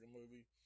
movie